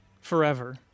forever